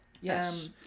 Yes